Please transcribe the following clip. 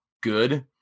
good